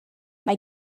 mae